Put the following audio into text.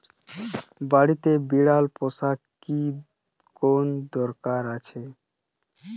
বাড়িতে বিড়াল পোষার কি কোন দরকার আছে?